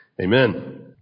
Amen